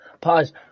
pause